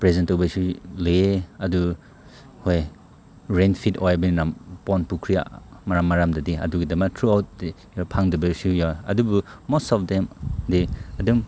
present ꯇꯧꯕꯁꯨ ꯂꯩꯌꯦ ꯑꯗꯨ ꯍꯣꯏ ꯔꯦꯟꯐꯤꯠ ꯑꯣꯏꯕꯅꯤꯅ ꯄꯣꯟ ꯄꯨꯈ꯭ꯔꯤ ꯃꯔꯝ ꯃꯔꯝꯗꯗꯤ ꯑꯗꯨꯒꯤꯗꯃꯛ ꯊ꯭ꯔꯨ ꯑꯥꯎꯠꯇꯤ ꯐꯪꯗꯕꯁꯨ ꯌꯥꯎꯏ ꯑꯗꯨꯕꯨ ꯃꯣꯁ ꯑꯣꯐ ꯗꯦꯝꯗꯤ ꯑꯗꯨꯝ